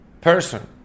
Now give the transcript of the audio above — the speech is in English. person